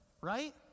right